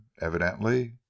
evidently